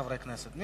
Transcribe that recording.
חבר הכנסת כץ,